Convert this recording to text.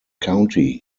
county